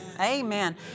Amen